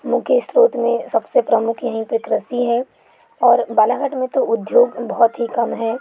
मुख्य स्रोत में सबसे प्रमुख यहीं पर कृषि है और बालाघाट में तो उद्योग बहुत ही कम है